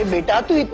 um a doctor.